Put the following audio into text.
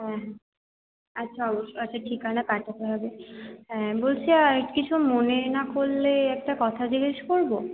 হ্যাঁ আচ্ছা আচ্ছা ঠিকানা পাঠাতে হবে হ্যাঁ বলছি আর কিছু মনে না করলে একটা কথা জিজ্ঞেস করবো